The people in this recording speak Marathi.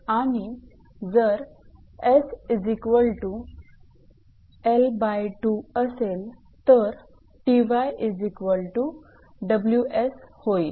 आणि जर 𝑠𝑙2 असेल तर 𝑇𝑦𝑊𝑠 होईल